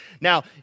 Now